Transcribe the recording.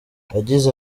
yagize